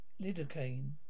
lidocaine